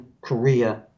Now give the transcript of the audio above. Korea